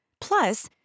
Plus